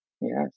Yes